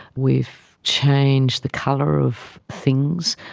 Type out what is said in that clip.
we've changed the colour of things.